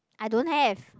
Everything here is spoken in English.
I don't have